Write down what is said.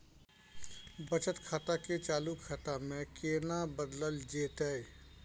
बचत खाता के चालू खाता में केना बदलल जेतै?